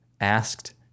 asked